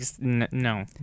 No